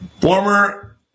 Former